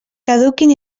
caduquin